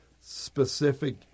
specific